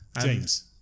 James